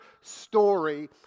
story